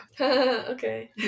Okay